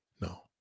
No